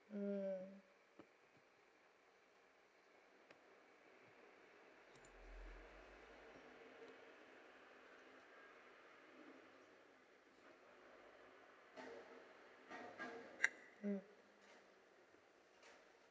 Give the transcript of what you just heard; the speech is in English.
mm mm